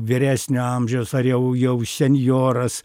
vyresnio amžiaus ar jau jau senjoras